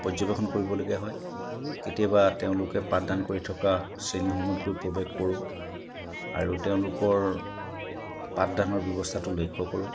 পৰ্যবেক্ষণ কৰিবলগীয়া হয় কেতিয়াবা তেওঁলোকে পাঠদান কৰি থকা শ্ৰেণীসমূহত গৈ প্ৰৱেশ কৰোঁ আৰু তেওঁলোকৰ পাঠদানৰ ব্যৱস্থাটো লক্ষ্য কৰোঁ